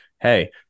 hey